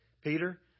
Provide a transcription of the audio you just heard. Peter